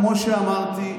כמו שאמרתי,